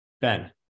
Ben